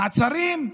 מעצרים?